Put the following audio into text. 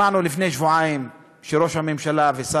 שמענו לפני שבועיים שראש הממשלה ושר